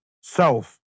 self